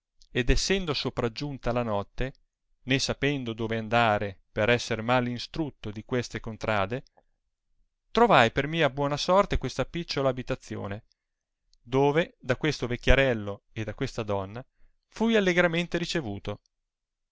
ed essendo sopraggiunta la notte né sapendo dove andare per esser mal instrutto di queste contrade trovai per mia buona sorte questa picciola abitazione dove da questo vecchiarello e da questa donna fui allegramente ricevuto